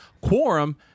quorum